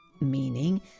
meaning